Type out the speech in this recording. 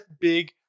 big